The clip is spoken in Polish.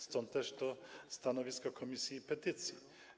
Stąd też takie stanowisko komisji petycji.